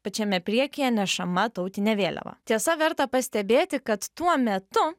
pačiame priekyje nešama tautinė vėliava tiesa verta pastebėti kad tuo metu